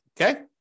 Okay